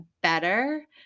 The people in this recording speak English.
better